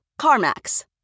CarMax